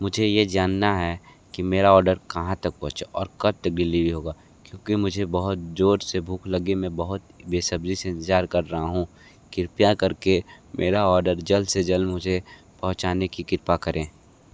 मुझे यह जानना है कि मेरा ऑर्डर कहाँ तक पहुँचा और कब तक डीलीवरी होगा क्योंकि मुझे बहुत जोर से भूख लगी है मैं बहुत बेसब्री से इंतजार कर रहा हूँ कृप्या करके मेरा ऑर्डर जल्द से जल्द मुझे पहुँचाने की कृपा करें